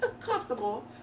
comfortable